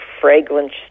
fragrance